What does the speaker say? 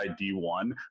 D1